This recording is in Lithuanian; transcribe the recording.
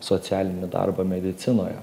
socialinį darbą medicinoje